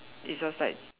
it's just like